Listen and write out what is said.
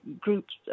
groups